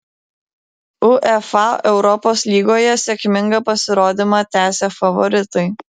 uefa europos lygoje sėkmingą pasirodymą tęsia favoritai